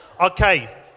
Okay